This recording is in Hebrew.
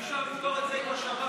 אי-אפשר לפתור את זה עם השב"כ.